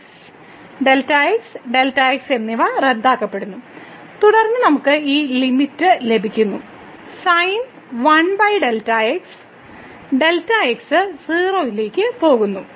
Δx Δx എന്നിവ റദ്ദാക്കപ്പെടുന്നു തുടർന്ന് നമുക്ക് ഈ ലിമിറ്റ് ലഭിക്കുന്നു Δx 0 ലേക്ക് പോകുന്നു